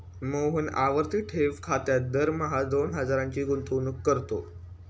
मोहन आवर्ती ठेव खात्यात दरमहा दोन हजारांची गुंतवणूक करतो